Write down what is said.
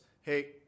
hey